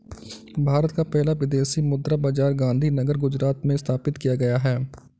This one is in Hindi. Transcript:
भारत का पहला विदेशी मुद्रा बाजार गांधीनगर गुजरात में स्थापित किया गया है